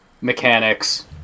mechanics